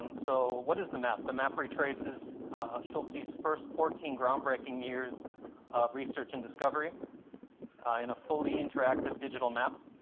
um so what is the map? the map retraces schultes' first fourteen groundbreaking years of research and discovery in a fully interactive digital map.